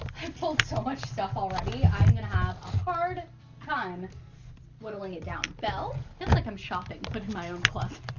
i pulled so much stuff already, i'm gonna have a hard time whittling it down. belle? feels like i'm shopping but in my own closet.